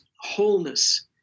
wholeness